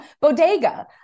bodega